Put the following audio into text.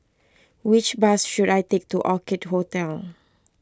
which bus should I take to Orchid Hotel